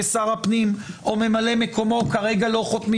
ושר הפנים או ממלא מקומו כרגע לא חותמים